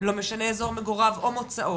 לא משנה אזור מגוריו או מוצאו.